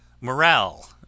morale